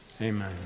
amen